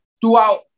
throughout